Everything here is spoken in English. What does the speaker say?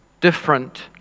different